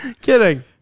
Kidding